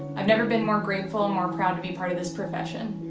i've never been more grateful and more proud to be part of this profession.